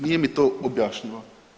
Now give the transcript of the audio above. Nije mi to objašnjivo.